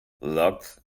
locked